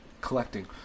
collecting